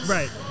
Right